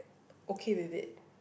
okay with it